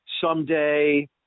someday